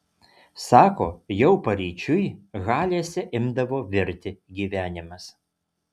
sako jau paryčiui halėse imdavo virti gyvenimas